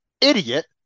idiot